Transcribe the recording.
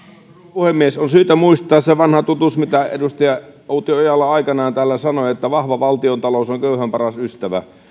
puhemies on syytä muistaa se vanha totuus mitä edustaja outi ojala aikanaan täällä sanoi että vahva valtiontalous on köyhän paras ystävä